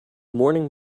morning